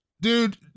Dude